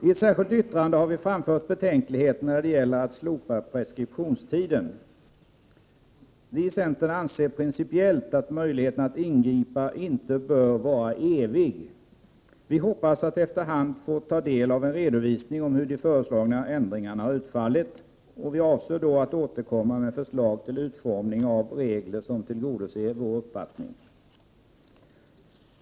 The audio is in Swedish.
I ett särskilt yttrande har vi framfört betänkligheter när det gäller att slopa preskriptionstiden. Vi i centern anser principiellt att möjligheten att ingripa inte bör vara ”evig”. Vi hoppas att efter hand få ta del av en redovisning om hur de föreslagna ändringarna har utfallit, och vi avser då att återkomma med förslag till utformning av regler som tillgodoser vår uppfattning.